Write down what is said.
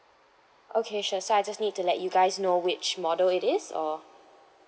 okay sure so I just need to let you guys know which model it is or